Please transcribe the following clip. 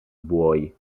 buoi